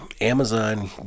Amazon